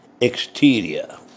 exterior